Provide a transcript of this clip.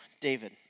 David